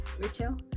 Rachel